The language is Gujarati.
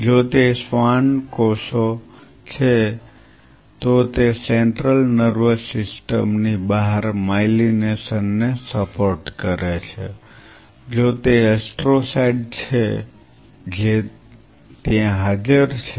જો તે શ્વાન કોષ છે તો તે સેન્ટ્રલ નર્વસ સિસ્ટમ ની બહાર માયલિનેશન ને સપોર્ટ કરે છે જો તે એસ્ટ્રોસાઇટ છે જે ત્યાં હાજર છે